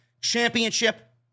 Championship